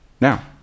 now